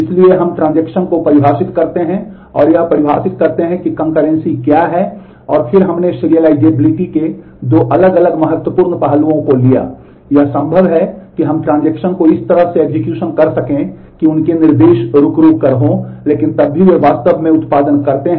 इसलिए हम transaction protocol जैसे सरल प्रोटोकॉल इसे कैसे संभाल सकते हैं